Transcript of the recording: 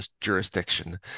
jurisdiction